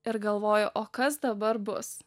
ir galvoju o kas dabar bus